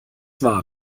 war